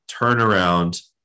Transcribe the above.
turnaround